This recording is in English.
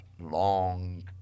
long